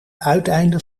uiteinde